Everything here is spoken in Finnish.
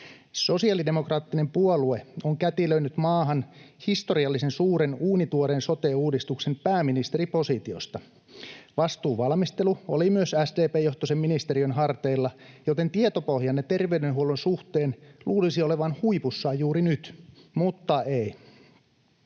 Sosiaalidemokraattinen puolue on kätilöinyt maahan historiallisen suuren, uunituoreen sote-uudistuksen pääministeripositiosta. Vastuuvalmistelu oli myös SDP-johtoisen ministeriön harteilla, joten tietopohjanne terveydenhuollon suhteen luulisi olevan huipussaan juuri nyt, mutta ei.